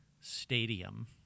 Stadium